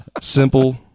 simple